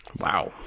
Wow